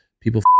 people